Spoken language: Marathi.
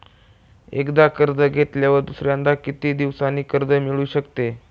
एकदा कर्ज घेतल्यावर दुसऱ्यांदा किती दिवसांनी कर्ज मिळू शकते?